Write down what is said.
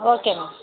okay ma'am